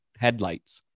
headlights